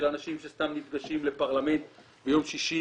אנשים שסתם נפגשים לפרלמנט ביום שישי,